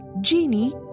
Genie